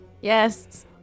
Yes